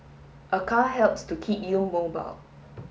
a car helps to keep you mobile